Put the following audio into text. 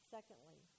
Secondly